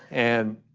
and